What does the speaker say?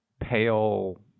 pale